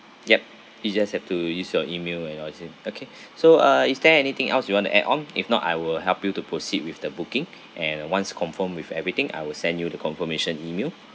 yup you just have to use your email and it all is in okay so uh is there anything else you want to add on if not I will help you to proceed with the booking and uh once confirm with everything I will send you the confirmation email